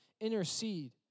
intercede